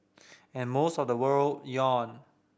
and most of the world yawned